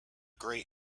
grey